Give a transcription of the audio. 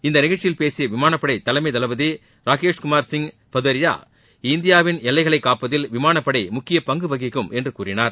இந்த நிகழ்ச்சியில் பேசிய விமாப்படை தலைமை தளபதி ராகேஷ் குமார் சிங் பதெளரியா இந்தியாவின் எல்லைகளைக் காப்பதில் விமானப்படை முக்கிய பங்கு வகிக்கும் என்று கூறினார்